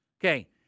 Okay